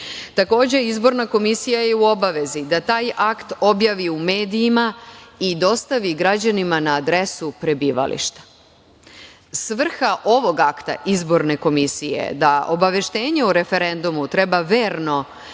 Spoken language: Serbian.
izborna komisija je u obavezi da taj akt objavi i u medijima i dostavi građanima na adresu prebivališta. Svrha ovog akta izborne komisije je da obaveštenje o referendumu treba verno